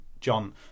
John